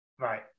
Right